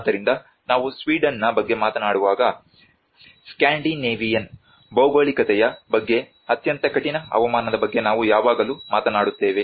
ಆದ್ದರಿಂದ ನಾವು ಸ್ವೀಡನ್ನ ಬಗ್ಗೆ ಮಾತನಾಡುವಾಗ ಸ್ಕ್ಯಾಂಡಿನೇವಿಯನ್ ಭೌಗೋಳಿಕತೆಯ ಬಗ್ಗೆ ಅತ್ಯಂತ ಕಠಿಣ ಹವಾಮಾನದ ಬಗ್ಗೆ ನಾವು ಯಾವಾಗಲೂ ಮಾತನಾಡುತ್ತೇವೆ